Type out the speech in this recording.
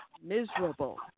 miserable